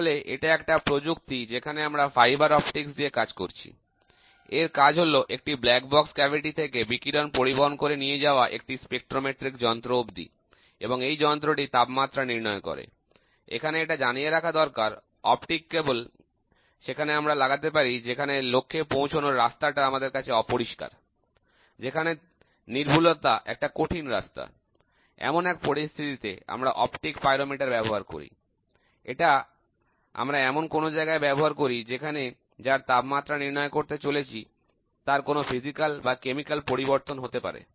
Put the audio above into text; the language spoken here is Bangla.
তাহলে এটা একটা প্রযুক্তি যেখানে আমরা ফাইবার অপটিক্স দিয়ে কাজ করছি এর কাজ হল একটি কালো বাক্স গহ্বর থেকে বিকিরণ পরিবহন করে নিয়ে যাওয়া একটি স্পেক্ট্রমেট্রিক যন্ত্র অব্দি এবং এই যন্ত্রটি তাপমাত্রা নির্ণয় করে এখানে এটা জানিয়ে রাখা দরকার অপটিক ক্যাবল সেখানে আমরা লাগাতে পারি যেখানে লক্ষ্যে পৌঁছানো রাস্তাটা আমাদের কাছে অপরিষ্কার যেখানে নির্ভুলতা একটা কঠিন রাস্তা এমন এক পরিস্থিতিতে আমরা অপটিক পাইরোমিটার ব্যবহার করি এটা আমরা এমন কোন জায়গায় ব্যবহার করি যেখানে যার তাপমাত্রা নির্ণয় করতে চলেছি তার কোন শারীরিক বা রাসায়নিক পরিবর্তন হতে পারে